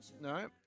No